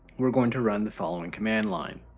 we're going to run the following command line.